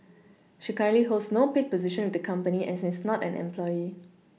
she currently holds no paid position with the company and is not an employee